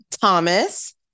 Thomas